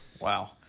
Wow